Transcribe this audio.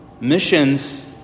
Missions